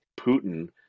Putin